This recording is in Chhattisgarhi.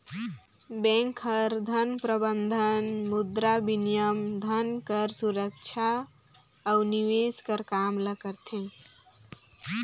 बेंक हर धन प्रबंधन, मुद्राबिनिमय, धन कर सुरक्छा अउ निवेस कर काम ल करथे